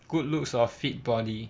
good looks or fit body